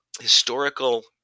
historical